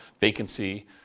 vacancy